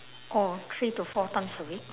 oh three to four times a week